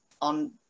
on